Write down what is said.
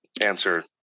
answer